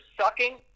sucking